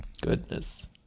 Goodness